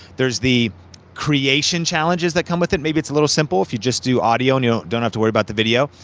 there's the creation challenges that come with it, maybe it's a little simple if you just do audio and you don't have to worry about the video.